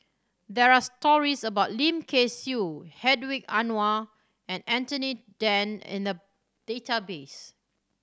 there are stories about Lim Kay Siu Hedwig Anuar and Anthony Then in the database